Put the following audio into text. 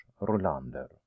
Rolander